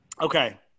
Okay